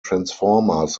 transformers